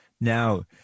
now